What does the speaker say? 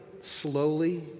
slowly